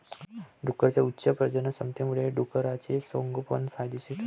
डुकरांच्या उच्च प्रजननक्षमतेमुळे डुकराचे संगोपन फायदेशीर ठरते